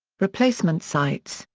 replacement sights,